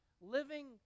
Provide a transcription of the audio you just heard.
Living